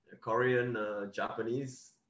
Korean-Japanese